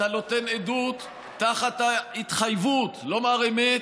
אתה נותן עדות תחת ההתחייבות לומר אמת,